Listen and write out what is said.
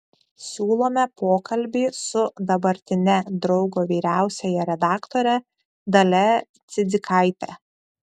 siūlome pokalbį su dabartine draugo vyriausiąja redaktore dalia cidzikaite